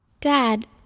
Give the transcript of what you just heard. Dad